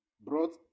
brought